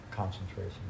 concentration